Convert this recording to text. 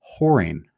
whoring